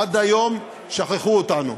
עד היום שכחו אותנו.